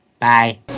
Bye